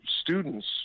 students